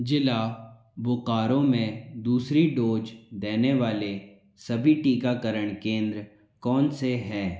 जिला बोकारो में दूसरी डोज देने वाले सभी टीकाकरण केंद्र कौन से हैं